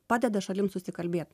padeda šalim susikalbėt